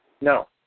No